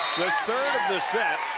third of the set.